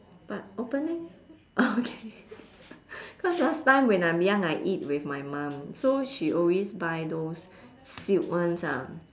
but opening okay cause last time when I'm young I eat with my mum so she always buy those sealed ones ah